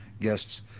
guests